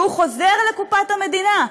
והוא חוזר לקופת המדינה.